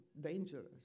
dangerous